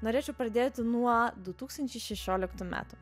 norėčiau pradėti nuo du tūkstančiai šešioliktų metų